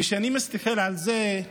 וכשאני מסתכל על זה,